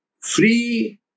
free